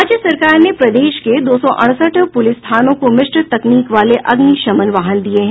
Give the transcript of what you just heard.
राज्य सरकार ने प्रदेश के दो सौ अड़सठ प्रलिस थानों को मिष्ट तकनीक वाले अग्निशमन वाहन दिये हैं